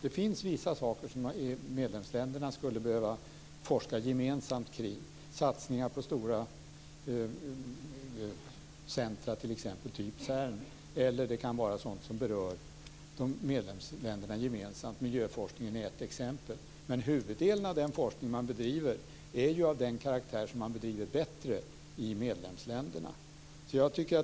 Det finns vissa saker som medlemsländerna skulle behöva forska gemensamt kring - satsningar på stora centrum som Cern eller något som berör medlemsländerna gemensamt. Miljöforskningen är ett exempel. Men huvuddelen av den forskning man bedriver är av den karaktären att man bedriver den bättre i medlemsländerna.